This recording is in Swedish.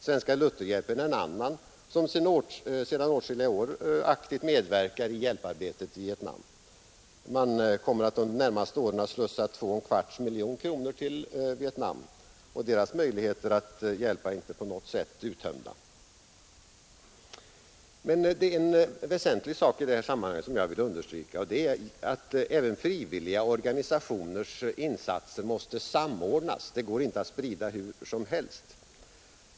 Svenska Lutherhjälpen är en annan, som sedan åtskilliga år aktivt medverkar i hjälparbetet i Vietnam. Man kommer att under de närmaste åren slussa in två och en kvarts miljoner kronor till Vietnam, och möjligheterna att hjälpa är inte på något sätt uttömda. Men det är en väsentlig sak i detta sammanhang som jag vill understryka, och det är att även frivilliga organisationers insatser måste samordnas — det går inte att sprida dem hur som helst.